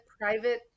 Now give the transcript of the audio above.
private